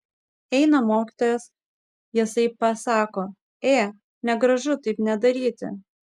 eina mokytojas jisai pasako ė negražu taip nedaryti